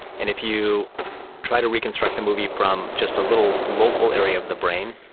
and if you try to reconstruct the movie from just a little local area of the brain,